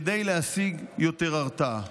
כדי להשיג יותר הרתעה.